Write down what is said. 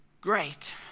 great